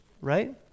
right